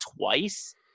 twice